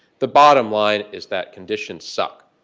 the bottom line is that conditions suck.